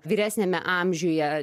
vyresniame amžiuje